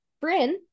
Bryn